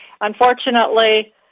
unfortunately